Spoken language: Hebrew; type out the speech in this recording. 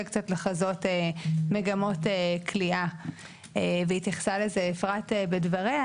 קצת קשה לחזות מגמות כליאה.והתייחסה לזה אפרת בדבריה,